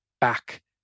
back